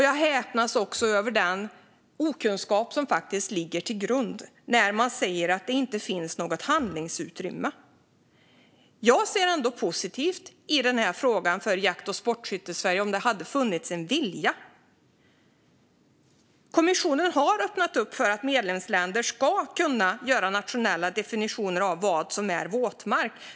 Jag häpnar också över den okunskap som faktiskt ligger till grund när man säger att det inte finns något handlingsutrymme. Jag skulle ändå se positivt på den här frågan för Jakt och sportskyttesveriges del om det hade funnits en vilja. Kommissionen har öppnat för att medlemsländer ska kunna ha nationella definitioner av vad som är våtmark.